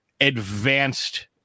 advanced